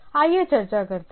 आइए चर्चा करते हैं